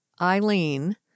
Eileen